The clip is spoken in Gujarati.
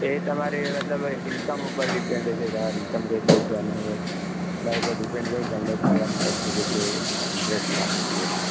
એ તમારે મતલબ ઇન્કમ ઉપર ડિપેન્ડ છે તમારી ઈનકમ એક બે છે અને એના ઉપર તમને ડીપેન્ડ થઈ એટલે રિક્વેસ્ટ માંગે છે કે નહીં